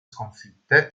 sconfitte